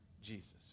Jesus